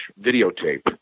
videotape